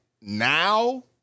now